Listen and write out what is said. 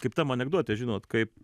kaip tam anekdote žinot kaip